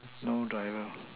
no driver